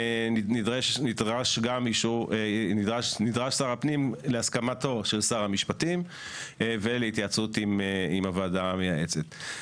נדרש שר הפנים להסכמתו של שר המשפטים ולהתייעצות עם הוועדה המייעצת.